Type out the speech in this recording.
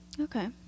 okay